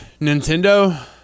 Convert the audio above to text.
Nintendo